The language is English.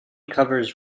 covers